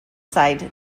side